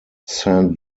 saint